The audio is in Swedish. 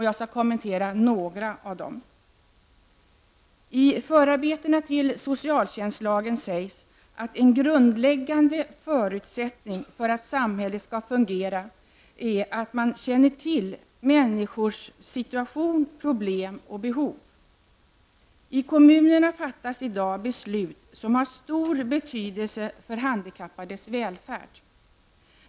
Jag skall kommentera några av dem. I förarbetena till socialtjänstlagen sägs att en grundläggande förutsättning för att samhället skall fungera är att man känner till människors situation, problem och behov. I kommunerna fattar man i dag beslut som har stor betydelse för de handikappades välfärd.